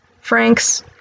Franks